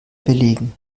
belegen